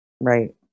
right